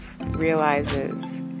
realizes